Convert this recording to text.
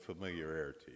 familiarity